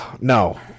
No